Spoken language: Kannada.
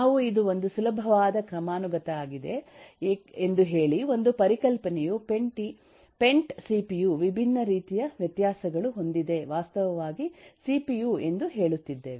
ನಾವು ಇದು ಒಂದು ಸುಲಭವಾದ ಕ್ರಮಾನುಗತಯಾಗಿದೆ ಎಂದು ಹೇಳಿ ಒಂದು ಪರಿಕಲ್ಪನೆಯು ಪೆಂಟ್ ಸಿಪಿಯು ವಿಭಿನ್ನ ರೀತಿಯ ವ್ಯತ್ಯಾಸಗಳು ಹೊಂದಿದೆ ವಾಸ್ತವವಾಗಿ ಸಿಪಿಯು ಎಂದು ಹೇಳುತ್ತಿದ್ದೇವೆ